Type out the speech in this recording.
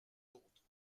autres